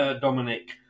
Dominic